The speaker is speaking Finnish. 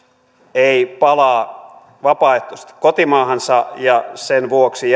ei palaa vapaaehtoisesti kotimaahansa ja sen vuoksi